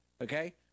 Okay